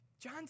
John